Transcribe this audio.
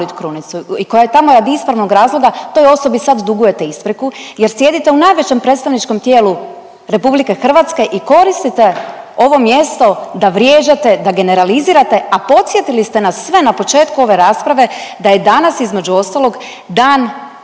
i koja je tamo radi ispravnog razloga toj osobi sad dugujete ispriku jer sjedite u najvećem predstavničkom tijelu RH i koristite ovo mjesto da vrijeđate, da generalizirate, a podsjetili ste nas sve na početku ove rasprave da je danas između ostalog Dan